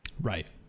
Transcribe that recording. Right